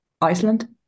Iceland